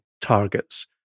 targets